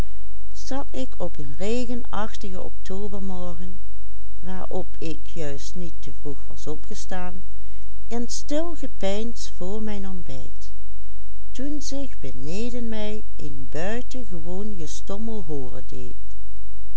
niet te vroeg was opgestaan in stil gepeins voor mijn ontbijt toen zich beneden mij een buitengewoon gestommel hooren